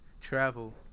Travel